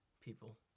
people